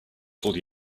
called